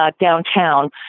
downtown